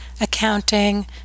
accounting